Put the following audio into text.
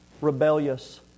Rebellious